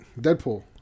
Deadpool